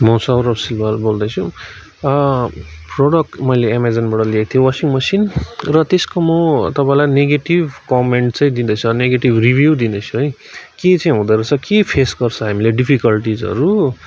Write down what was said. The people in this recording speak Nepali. म सरोज सुनार बोल्दैछु प्रडक्ट मैले एमाजोनबाट लिएको थिएँ वासिङ मेसिन र त्यसको म तपाईँलाई नेगेटिभ कमेन्ट चाहिँ दिँदैछु अनि नेगेटिभ रिभ्यु दिँदैछु है के चाहिँ हुँदोरहेछ के फेस गर्छ हामीले डिफिकल्टिजहरू